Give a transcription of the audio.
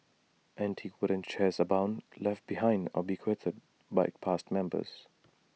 antique wooden chairs abound left behind or bequeathed by past members